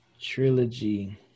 Trilogy